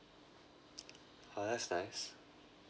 !wah! that's nice